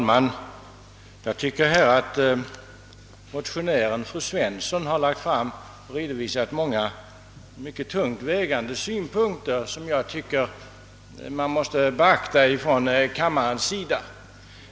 Herr talman! Motionären fru Svensson har redovisat många tungt vägande synpunkter som jag anser att man bör beakta.